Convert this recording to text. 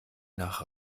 nach